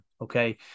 Okay